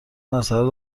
مساله